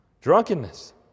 Drunkenness